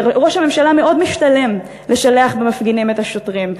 לראש הממשלה מאוד משתלם לשלח במפגינים את השוטרים,